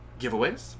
giveaways